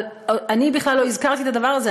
אבל אני בכלל לא הזכרתי את הדבר הזה.